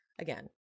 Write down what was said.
Again